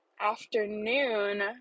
afternoon